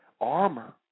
armor